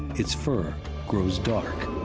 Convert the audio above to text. its fur grows dark.